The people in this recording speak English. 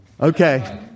okay